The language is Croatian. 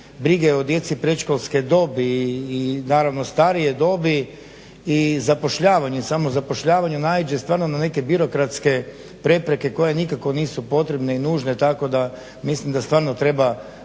brige o djeci predškolske dobi i naravno starije dobi i zapošljavanje, samozapošljavanje naiđe stvarno na neke birokratske prepreke koje nikako nisu potrebne i nužne, tako da mislim da stvarno treba